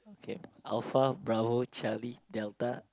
okay alpha bravo charlie delta